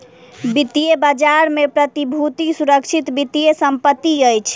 वित्तीय बजार में प्रतिभूति सुरक्षित वित्तीय संपत्ति अछि